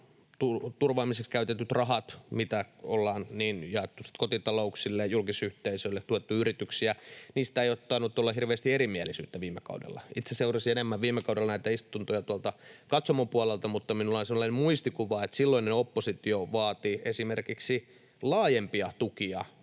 turvaamiseksi käytetyistä rahoista, mitä ollaan jaettu kotitalouksille ja julkisyhteisölle ja tuettu yrityksiä, ei ole tainnut olla hirveästi erimielisyyttä viime kaudella. Itse seurasin viime kaudella näitä istuntoja enemmän tuolta katsomon puolelta, mutta minulla on sellainen muistikuva, että silloinen oppositio vaati esimerkiksi laajempia tukia